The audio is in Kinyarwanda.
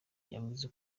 yavuze